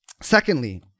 Secondly